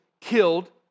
killed